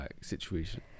situation